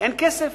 אין כסף.